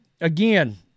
Again